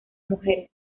mujeres